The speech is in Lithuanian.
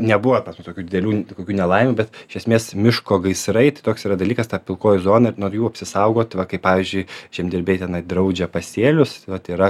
nebuvo tokių didelių kokių nelaimių bet iš esmės miško gaisrai tai toks yra dalykas ta pilkoji zona ir nuo jų apsisaugot va kaip pavyzdžiui žemdirbiai tenai draudžia pasėlius vat yra